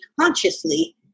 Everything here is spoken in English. consciously